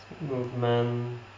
movement